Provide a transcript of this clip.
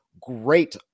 great